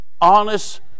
honest